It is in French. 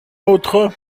autre